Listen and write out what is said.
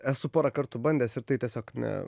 esu porą kartų bandęs ir tai tiesiog ne